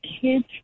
kids